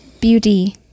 Beauty